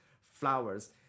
flowers